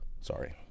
Sorry